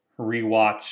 rewatch